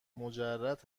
مجرد